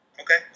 Okay